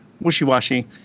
wishy-washy